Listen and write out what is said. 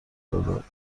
دادش